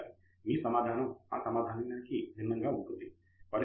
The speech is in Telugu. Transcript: ప్రొఫెసర్ ఆండ్రూ తంగరాజ్ మీ సమాధానం మా సమాధానానికి భిన్నంగా ఉంటుంది సమయం 0943 దగ్గర చూడండి